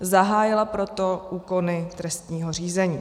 Zahájila proto úkony trestního řízení.